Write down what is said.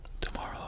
tomorrow